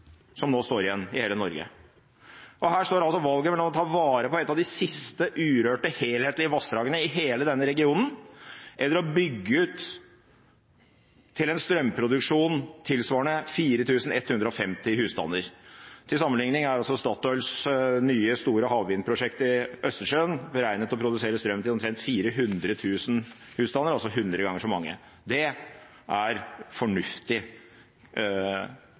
i hele Norge. Her står altså valget mellom å ta vare på et av de siste urørte, helhetlige vassdragene i hele denne regionen og å bygge ut til en strømproduksjon tilsvarende 4 150 husstander. Til sammenlikning er Statoils nye store havvindprosjekt i Østersjøen beregnet til å produsere strøm til omkring 400 000 husstander, altså hundre ganger så mange. Det er fornuftig